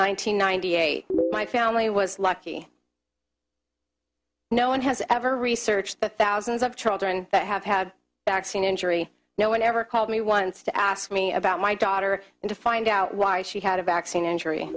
hundred ninety eight my family was lucky no one has ever researched the thousands of children that have had back seen injury no one ever called me once to ask me about my daughter and to find out why she had a vaccine injury